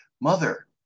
Mother